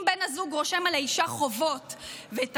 אם בן הזוג רושם על האישה חובות ואת